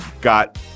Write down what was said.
got